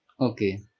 Okay